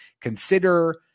consider